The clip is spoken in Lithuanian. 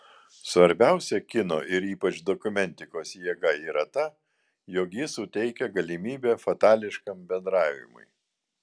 svarbiausia kino ir ypač dokumentikos jėga yra ta jog ji suteikia galimybę fatališkam bendravimui